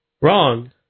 Wrong